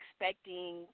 expecting